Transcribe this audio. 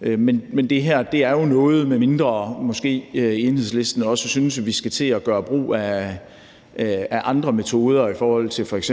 talerstolen i dag. Men medmindre Enhedslisten også synes, at vi skal til at gøre brug af andre metoder, f.eks.